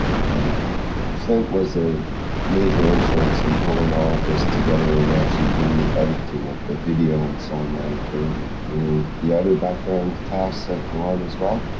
and flint was a major influence in pulling all of this together and actually doing the editing of the video and so on, that occurred and many of the other background tasks that go on as well.